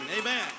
Amen